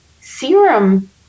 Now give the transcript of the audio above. serum